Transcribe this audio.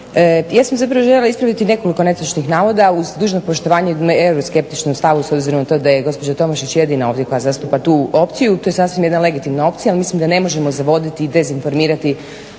Ja sam zapravo željela ispraviti nekoliko netočnih navoda uz dužno poštovanje euroskeptičnom stavu s obzirom na to da je gospođa Tomašić jedina ovdje koja zastupa tu opciju. To je sasvim jedna legitimna opcija ali mislim da ne možemo zavoditi i dezinformirati